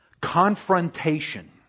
confrontation